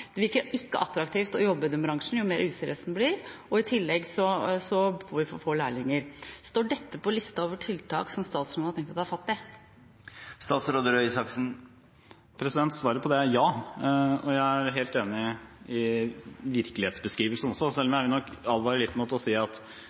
Det virker mindre attraktivt å jobbe i denne bransjen jo mer useriøs den blir. I tillegg får vi for få lærlinger. Står dette på lista over tiltak som statsråden har tenkt å ta fatt i? Svaret på det er ja. Jeg er helt enig i virkelighetsbeskrivelsen, selv om jeg vil advare litt mot å si at